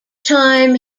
time